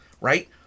right